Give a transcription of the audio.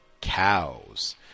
cows